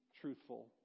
truthful